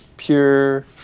Pure